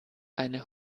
eine